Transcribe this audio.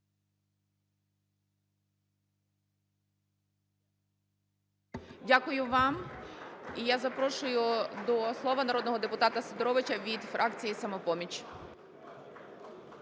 Дякую вам. І я запрошую до слова народного депутата Сидоровича від фракції "Самопоміч".